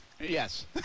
Yes